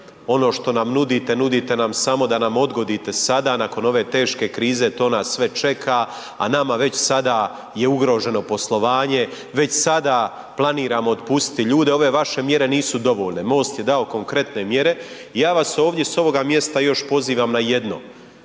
ono što nam nudite, nudite nam samo da odgodite sada nakon ove teške krize to nas sve čeka, a nama već sada je ugroženo poslovanje, već sada planiramo otpustiti ljude, ove vaše mjere nisu dovoljne. MOST je dao konkretne mjere i ja vas ovdje s ovoga mjesta još pozivam na jedno.